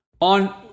on